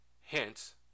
hence